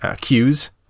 cues